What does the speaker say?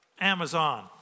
Amazon